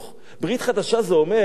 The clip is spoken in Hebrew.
ברית חדשה זה אומר שהברית,